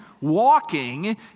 walking